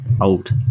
old